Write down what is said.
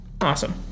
Awesome